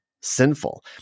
sinful